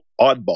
oddball